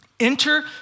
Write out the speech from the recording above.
Enter